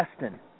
Destin